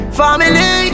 family